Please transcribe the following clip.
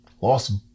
lost